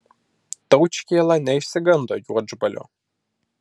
taučkėla neišsigando juodžbalio